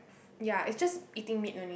ya it's just eating meat only